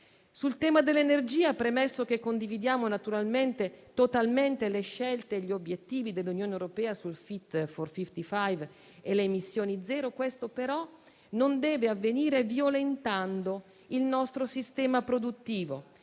Sul tema dell'energia, premesso che condividiamo totalmente le scelte e gli obiettivi dell'Unione europea sul pacchetto Fit for 55 e le emissioni zero, questo però non deve avvenire violentando il nostro sistema produttivo,